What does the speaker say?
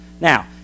Now